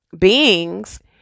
beings